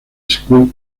school